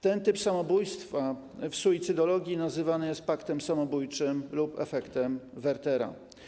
Ten typ samobójstwa w suicydologii nazywany jest aktem samobójczym lub efektem Wertera.